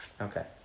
Okay